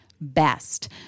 best